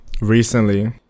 recently